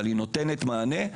היא נותנת מענה,